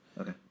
Okay